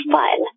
fun